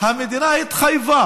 המדינה התחייבה